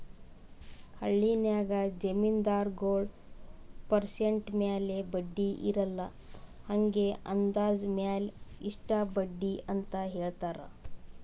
ಹಳ್ಳಿನಾಗ್ ಜಮೀನ್ದಾರಗೊಳ್ ಪರ್ಸೆಂಟ್ ಮ್ಯಾಲ ಬಡ್ಡಿ ಇರಲ್ಲಾ ಹಂಗೆ ಅಂದಾಜ್ ಮ್ಯಾಲ ಇಷ್ಟ ಬಡ್ಡಿ ಅಂತ್ ಹೇಳ್ತಾರ್